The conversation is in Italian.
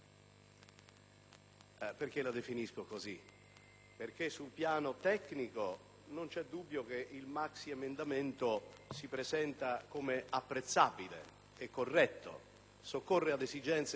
La definisco così perché, sul piano tecnico, non c'è dubbio che il maxiemendamento si presenta come apprezzabile e corretto: soccorre ad esigenze reali,